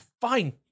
Fine